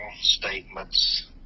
statements